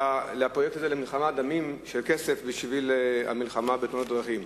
כסף, בשביל המלחמה בתאונות הדרכים.